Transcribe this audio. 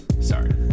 Sorry